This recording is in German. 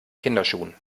kinderschuhen